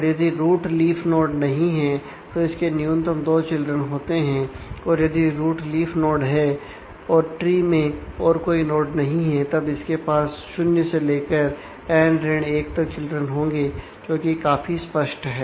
और यदि root leaf नहीं है तो इसके न्यूनतम दो चिल्ड्रन होते हैं और यदि रूट लीफ नोड है और ट्री में और कोई नोड नहीं है तब इसके पास 0 से लेकर n 1 तक चिल्ड्रन होंगे जोकि काफी स्पष्ट है